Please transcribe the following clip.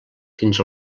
fins